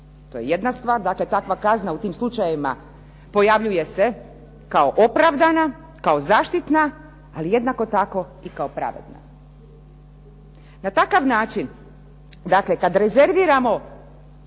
To je jedna stvar. Dakle, takva kazna u tim slučajevima pojavljuje se kao opravdana, kao zaštitna, ali jednako tako i kao pravedna. Na takav način, dakle kad rezerviramo